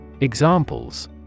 Examples